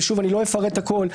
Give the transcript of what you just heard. ואני לא אפרט הכול,